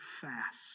fast